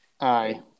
Aye